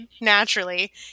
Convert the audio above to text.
naturally